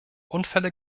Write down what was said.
unfälle